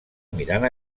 mirant